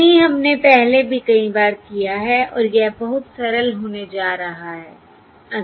यही हमने पहले भी कई बार किया है और यह बहुत सरल होने जा रहा है